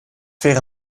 wäre